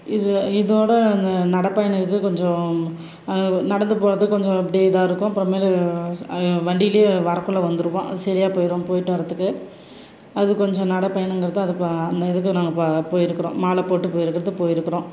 இது இதோடு அந்த நடைப்பயணம் இது கொஞ்சம் நடந்து போகிறது கொஞ்சம் அப்படியே இதாக இருக்கும் அப்புறமேலு வண்டியிலேயே வர்றதுக்குள்ள வந்துடுவோம் அது சரியா போய்ரும் போய்ட்டு வர்றதுக்கு அது கொஞ்சம் நடைப்பயணங்கிறது அது அந்த இதுக்கு நாங்கள் போயிருக்கிறோம் மாலை போட்டு போயிருக்கிறது போயிருக்கிறோம்